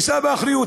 יישאו באחריות.